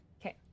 Okay